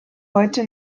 heute